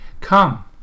Come